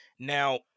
Now